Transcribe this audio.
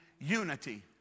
unity